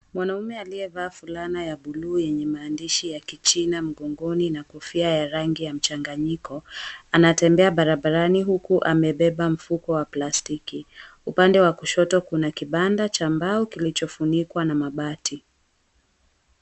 Mwanaume aliyevaa fulana ya buluu yenye maandishi ya kichina mgongoni na kofia ya rangi mchanganyiko anatembea barabarani huku amebeba mfuko wa plastiki upande wa kushoto kuna kibanda cha mbao kilichofunikwa na mabati.